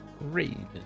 Raven